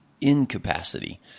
incapacity